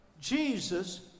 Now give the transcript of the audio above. jesus